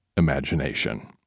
imagination